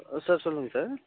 ஆ sir சொல்லுங்கள் sir